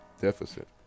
deficit